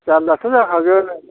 जाल्लायाथ' जाखागोन